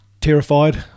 terrified